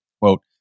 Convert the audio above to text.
quote